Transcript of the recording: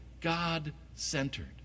God-centered